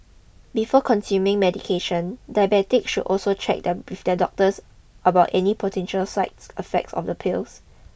before consuming medication diabetics should check doctors about any potential sides effects of the pills